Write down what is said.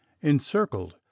encircled